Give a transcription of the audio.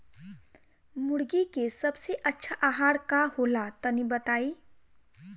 मुर्गी के सबसे अच्छा आहार का होला तनी बताई?